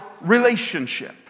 relationship